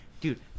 dude